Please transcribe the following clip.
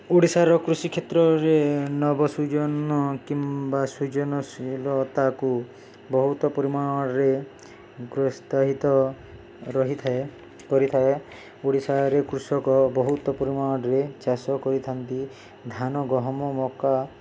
ଓଡ଼ିଶାର କୃଷି କ୍ଷେତ୍ରରେ ନବସୃଜନ କିମ୍ବା ସୃଜନଶୀଳତାକୁ ବହୁତ ପରିମାଣରେ ପ୍ରୋତ୍ସାହିତ ରହିଥାଏ କରିଥାଏ ଓଡ଼ିଶାରେ କୃଷକ ବହୁତ ପରିମାଣରେ ଚାଷ କରିଥାନ୍ତି ଧାନ ଗହମ ମକା